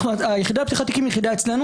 היחידה לפתיחת תיקים היא יחידה אצלנו